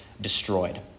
destroyed